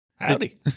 Howdy